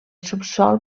subsòl